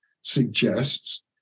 suggests